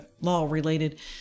law-related